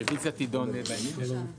הרביזיה תידון בהמשך.